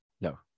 No